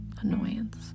annoyance